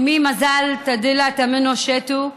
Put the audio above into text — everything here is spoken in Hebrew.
אימי מזל טדלה תמנו-שטו,